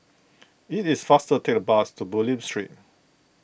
it is faster to take the bus to Bulim Street